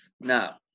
now